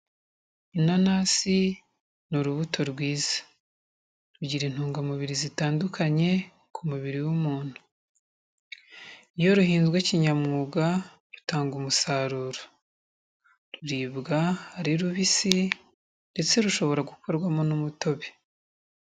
Inanasi ni urubuto rwiza. Rugira intungamubiri zitandukanye ku mubiri w'umuntu. Iyo ruhinzwe kinyamwuga, rutanga umusaruro. Ruribwa ri rubi isi ndetse rushobora gukorwamo n'umutobe.